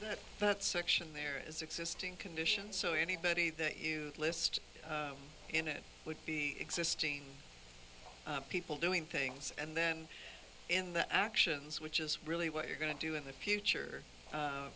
in that section there is existing conditions so anybody that you list in it would be existing people doing things and then in the actions which is really what you're going to do in the future u